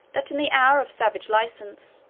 that in the hour of savage license,